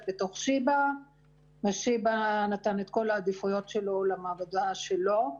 בתוך שיבא ושיבא נתן את כל העדיפויות שלו למעבדה שלו,